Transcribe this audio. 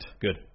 Good